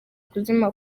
kuzima